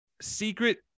Secret